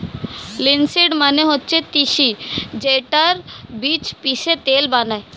linseed মানে হচ্ছে তিসি যেইটার বীজ পিষে তেল বানায়